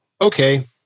okay